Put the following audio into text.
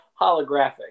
holographic